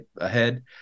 ahead